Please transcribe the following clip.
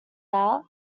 out